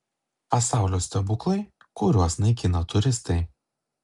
pasaulio stebuklai kuriuos naikina turistai